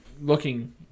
Looking